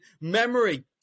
memory